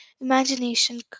imagination